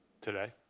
today.